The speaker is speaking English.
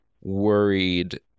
worried